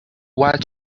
what